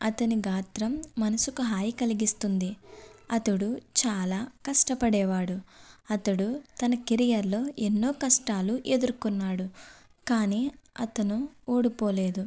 అతని గాత్రం మనసుకు హాయి కలిగిస్తుంది అతడు చాలా కష్టపడేవాడు అతడు తన కెరియర్లో ఎన్నో కష్టాలు ఎదుర్కొన్నాడు కాని అతను ఓడిపోలేదు